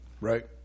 Right